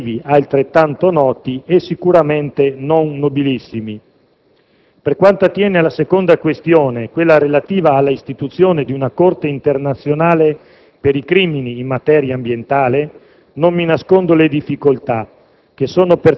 per motivi altrettanto noti e sicuramente non nobilissimi. Per quanto attiene alla seconda questione, relativa all'istituzione di una Corte internazionale per i crimini in materia ambientale, non mi nascondo le difficoltà